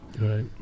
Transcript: Right